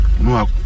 No